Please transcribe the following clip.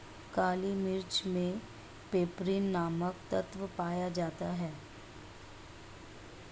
काली मिर्च मे पैपरीन नामक तत्व पाया जाता है